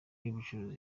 y’ubucuruzi